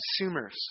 consumers